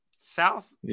South